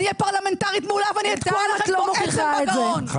אני אהיה פרלמנטרית מעולה ואני אתקע לכם פה עצם בגרון.